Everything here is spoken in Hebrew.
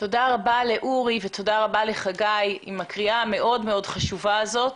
תודה רבה לאורי ותודה רבה לחגי לוין עם הקריאה המאוד מאוד חשובה הזאת